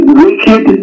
wicked